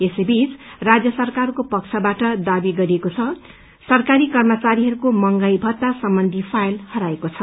यसैवीच राज्य सरकारको पक्षबाट दावा गरिएको छ कि सरकारी कर्मचारीहरूको मंहगाई भत्ता सम्बन्धी फाइल हराएको छ